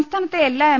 സംസ്ഥാനത്തെ എല്ലാ എം